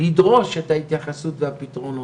ידרוש את ההתייחסות לפתרונות,